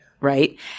right